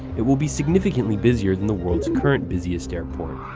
it will be significantly busier than the world's current busiest airport